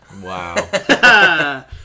Wow